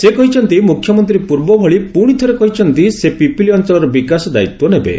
ସେ କହିଛନ୍ତି ମୁଖ୍ୟମନ୍ତୀ ପୂର୍ବଭଳି ପୁଶିଥରେ କହିଛନ୍ତି ସେ ପିପିଲି ଅଞ୍ଞଳର ବିକାଶ ଦାୟିତ୍ୱ ନେବେ